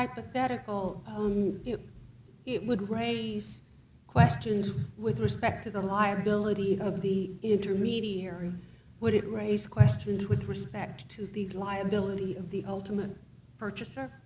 hypothetical it would raise questions with respect to the liability of the intermediary would it raise questions with respect to the liability of the ultimate purchaser